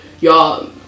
y'all